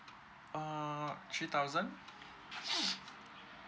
err three thousand